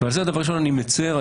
ועל כך אני מצר.